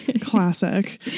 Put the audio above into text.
classic